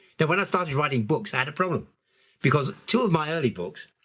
now, when i started writing books, i had a problem because two of my early books,